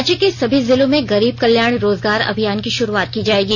राज्य के सभी जिलों में गरीब कल्याण रोजगार अभियान की शुरूआत की जायेगी